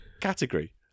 category